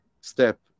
step